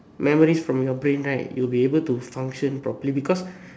memories from your brain right you will be able to function properly because